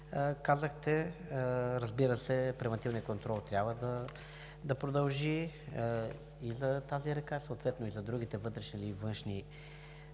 казахте. Разбира се, превантивният контрол трябва да продължи за тази река, съответно и за другите вътрешни и външни